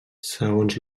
segons